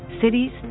cities